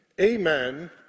amen